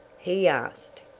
he asked.